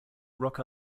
rock